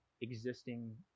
existing